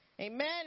Amen